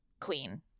queen